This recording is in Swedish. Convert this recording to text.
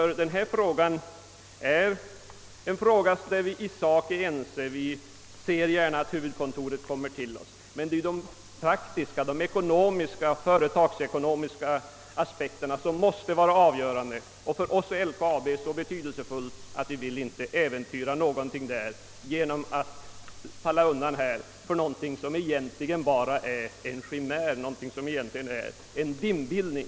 I denna fråga är vi i sak ense. Vi ser gärna att huvudkontoret kommer till oss. Men de faktiska och företagsekonomiska aspekterna måste vara avgörande. För oss är LKAB så betydelsefullt att vi inte vill äventyra någonting genom att falla undan för ett krav på något som egentligen bara är en chimär, en dimbildning.